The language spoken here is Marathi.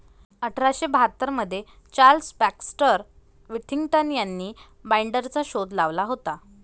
अठरा शे बाहत्तर मध्ये चार्ल्स बॅक्स्टर विथिंग्टन यांनी बाईंडरचा शोध लावला होता